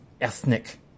ethnic